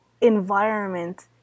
environment